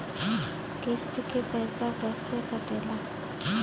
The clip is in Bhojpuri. किस्त के पैसा कैसे कटेला?